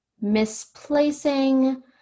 misplacing